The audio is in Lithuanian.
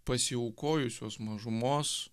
pasiaukojusios mažumos